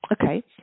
Okay